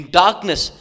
darkness